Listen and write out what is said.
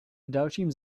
dalším